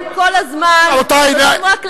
אתם כל הזמן יודעים רק,